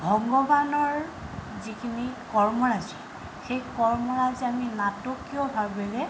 ভগৱানৰ যিখিনি কৰ্মৰাজী সেই কৰ্মৰাজী আমি নাটকীয় ভাৱেৰে